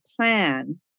plan